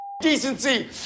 decency